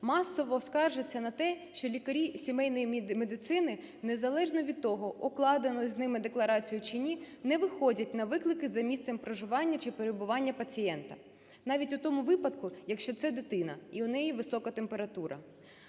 масово скаржаться на те, що лікарі сімейної медицини, незалежно від того, укладено з ними декларацію чи ні, не виходять на виклики за місцем проживання чи перебування пацієнта, навіть у тому випадку, якщо це дитина і в неї висока температура.